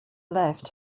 left